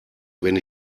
wenn